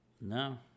No